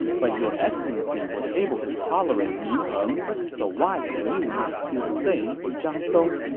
but your excellency was able to tolerate mi heng, so why can you not do the same for zhang song?